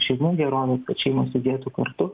šeimų gerovės kad šeimos judėtų kartu